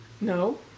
No